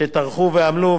שטרחו ועמלו.